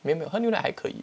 没有没有喝牛奶还可以